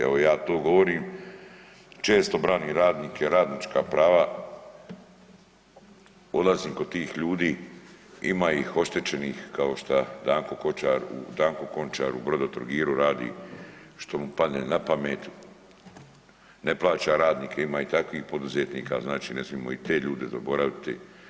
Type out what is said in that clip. Evo ja to govorim često branim radnike, radnička prava, odlazim kod tih ljudi, ima ih oštećenih kao šta Danko Končar u Brodotrogiru radi što mu padne napamet, ne plaća radnike, ima i takvih poduzetnika znači ne smijemo i te ljude zaboraviti.